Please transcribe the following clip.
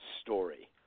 story